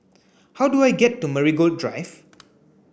how do I get to Marigold Drive